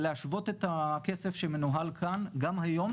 עזוב את הביורוקרטיה כרגע ואת כל הרגולציה